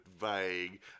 vague